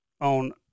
on